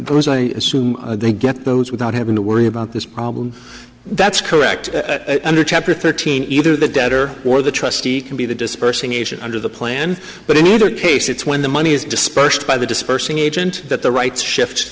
assume they get those without having to worry about this problem that's correct under chapter thirteen either the debt or the trustee can be the dispersing agent under the plan but in either case it's when the money is dispersed by the dispersing agent that the rights shift